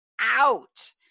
out